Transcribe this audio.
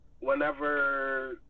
Whenever